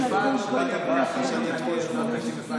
לא, הוא במשמרת רצופה, הוא לא הספיק.